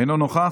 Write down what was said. אינו נוכח.